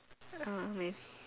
uh maybe